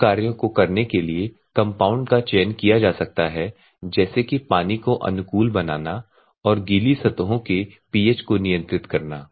कुछ कार्यों को करने के लिए कम्पाउन्ड का चयन किया जा सकता है जैसे कि पानी को अनुकूल बनाना और गीली सतहों के pH को नियंत्रित करना